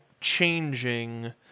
changing